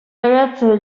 ragazza